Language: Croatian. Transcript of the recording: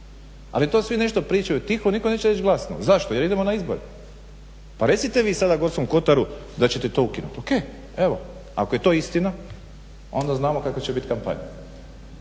Ali to svi nešto pričaju tiho, nitko neće reći glasno, zašto, jer idemo na izbore. Pa recite vi sada Gorskom Kotaru da ćete to ukinuti evo. Ako je to istina onda znamo kakva će bit kampanja,